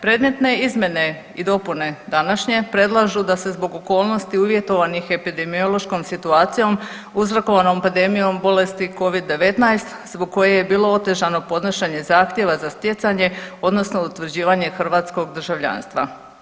Predmetne izmjene i dopune današnje predlažu da se zbog okolnosti uvjetovanih epidemiološkom situacijom uzrokovanom pandemijom bolesti Covid-19 zbog koje je bilo otežano podnošenje zahtjeva za stjecanje odnosno utvrđivanje hrvatskog državljanstva.